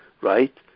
right